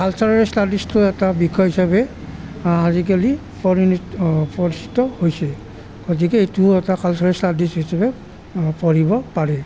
cultural ষ্টাডিজটো এটা বিষয় হিচাপে আজিকালি পৰিণিত পৰিচিত হৈছে গতিকে এইটো এটা কালছাৰ ষ্টাডিজ হিচাপে পঢ়িব পাৰি